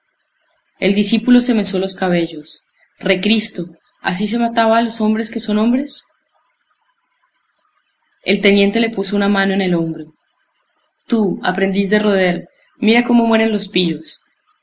el discípulo se mesó los cabellos recristo así se mataba a los hombres que son hombres el teniente le puso una mano en el hombro tú aprendiz de roder mira cómo mueren los pillos